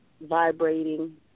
vibrating